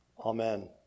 Amen